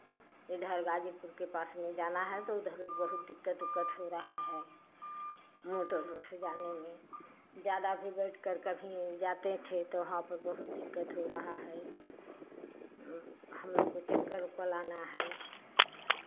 इधर गाज़ीपुर के पास में जाना है तो उधर बहुत दिक्कत उक्कत हो रहा है मोटरो से जाने में ज़्यादा भी बैठकर कहीं जाते थे तो वहाँ पर बहुत दिक्कत हो रहा है हम लोग को चक्कर उक्कर आना है